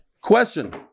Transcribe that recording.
Question